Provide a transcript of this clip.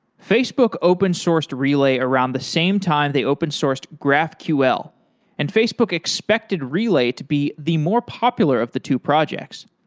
facebook open-sourced relay around the same time the open-sourced graphql and facebook expected relay to be the more popular of the two projects.